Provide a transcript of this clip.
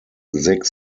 zig